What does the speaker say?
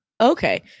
Okay